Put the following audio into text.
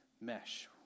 mesh